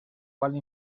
bala